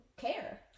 care